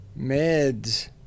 meds